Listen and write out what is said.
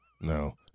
No